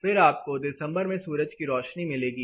फिर आपको दिसंबर में सूरज की रोशनी मिलेगी